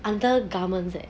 under garments leh